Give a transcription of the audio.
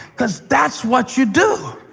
because that's what you do.